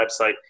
website